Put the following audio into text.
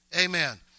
Amen